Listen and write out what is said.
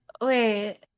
Wait